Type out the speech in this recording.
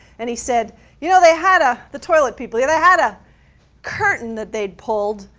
and he said you know, they had ah the toilet people, yeah they had a curtain that they pulled,